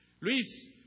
Luis